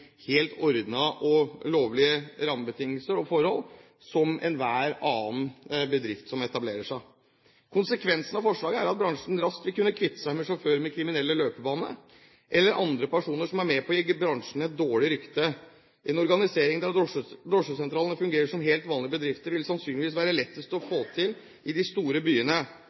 helt ordnede og lovlige former og med rammebetingelser som enhver annen bedrift som etablerer seg, får. Konsekvensen av forslaget er at bransjen raskt vil kunne kvitte seg med sjåfører med en kriminell løpebane, eller andre personer som er med på å gi bransjen et dårlig rykte. En organisering der drosjesentralene fungerer som helt vanlige bedrifter, vil det sannsynligvis være lettest å få til i de store byene.